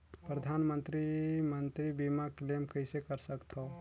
परधानमंतरी मंतरी बीमा क्लेम कइसे कर सकथव?